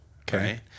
Okay